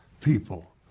people